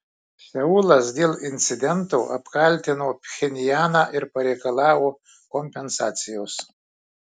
seulas dėl incidento apkaltino pchenjaną ir pareikalavo kompensacijos